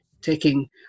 taking